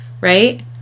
right